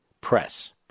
press